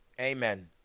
Amen